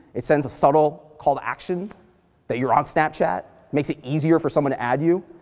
it sends a subtle call to action that you're on snapchat, makes it easier for someone to add you.